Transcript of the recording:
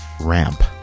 ramp